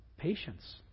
patience